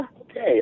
Okay